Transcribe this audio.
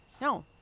No